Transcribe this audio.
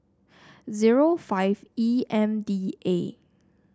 zero five E M D A